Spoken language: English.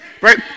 right